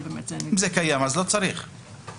אם זה קיים אז לא צריך את זה.